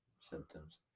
symptoms